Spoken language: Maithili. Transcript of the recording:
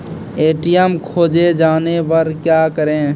ए.टी.एम खोजे जाने पर क्या करें?